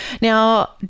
now